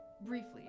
Briefly